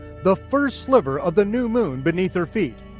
the first sliver of the new moon beneath her feet.